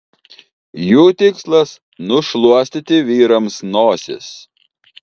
jų tikslas nušluostyti vyrams nosis